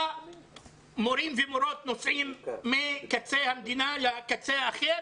מורים ומורות נוסעים מקצה המדינה לקצה האחר